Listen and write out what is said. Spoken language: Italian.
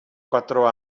quattro